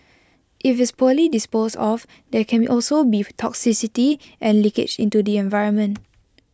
if it's poorly disposed of there can also be toxicity and leakage into the environment